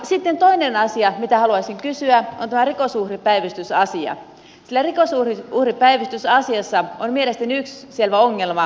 sitten toinen asia mitä haluaisin kysyä on tämä rikosuhripäivystys asia sillä rikosuhripäivystys asiassa on mielestäni yksi selvä ongelma